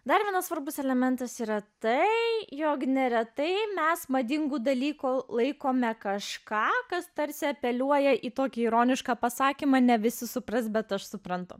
dar vienas svarbus elementas yra tai jog neretai mes madingu dalyku laikome kažką kas tarsi apeliuoja į tokį ironišką pasakymą ne visi supras bet aš suprantu